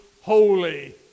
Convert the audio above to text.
holy